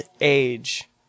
age